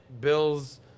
bills